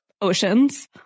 oceans